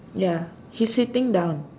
ya he's sitting down